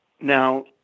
Now